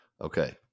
Okay